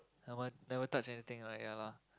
I never never touch anything right ya lah